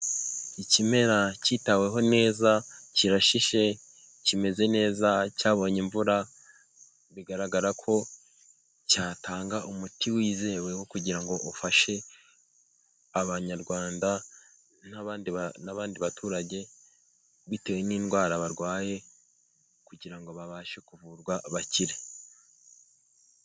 Ikimera cyitaweho neza, kirashishe, kimeze neza, cyabonye imvura, bigaragara ko cyatanga umuti wizewe wo kugira ngo ufashe abanyarwanda n'abandi baturage bitewe n'indwara barwaye kugira ngo babashe kuvurwa bakire.